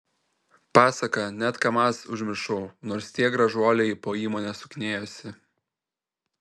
pasaka net kamaz užmiršau nors tie gražuoliai po įmonę sukinėjosi